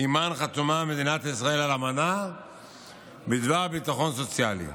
שעימן חתומה מדינת ישראל על אמנה בדבר ביטחון סוציאלי.